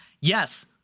Yes